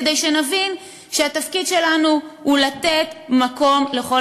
כדי שנבין שהתפקיד שלנו הוא לתת מקום לכל